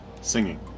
Singing